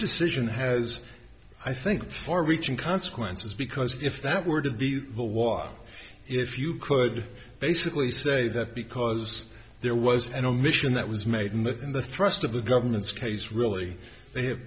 decision has i think far reaching consequences because if that were to be a while if you could basically say that because there was an omission that was made in the in the thrust of the government's case really